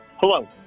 Hello